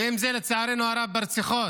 ואם זה, לצערנו הרב, ברציחות.